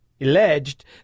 alleged